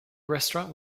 restaurant